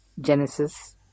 Genesis